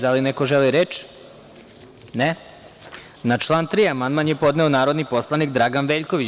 Da li neko želi reč? (Ne.) Na član 3. amandman je podneo narodni poslanik Dragan Veljković.